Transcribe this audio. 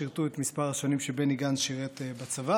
שירתו את מספר השנים שבני גנץ שירת בצבא.